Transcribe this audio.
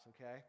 okay